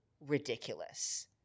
ridiculous